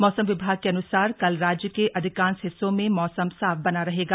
मौसम विभाग के अनुसार कल राज्य के अधिकांश हिस्सों में मौसम साफ बना रहेगा